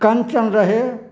कञ्चन रहे